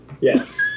Yes